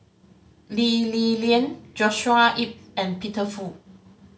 Lee Li Lian Joshua Ip and Peter Fu